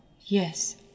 Yes